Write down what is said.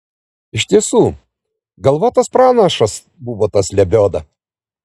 iš tiesų galvotas pranašas buvo tas lebioda